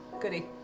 goody